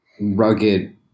rugged